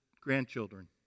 grandchildren